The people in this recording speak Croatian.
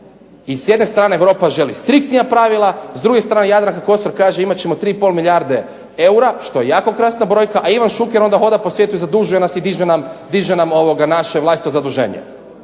I s jedne strane Europa želi striktnija pravila, s druge strane Jadranka Kosor kaže imat ćemo 3,5 milijarde eura, što je jako krasna brojka, a Ivan Šuker onda hoda po svijetu i zadužuje nas i diže nam naše vlastito zaduženje.